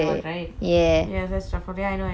okay we should go and eat that lah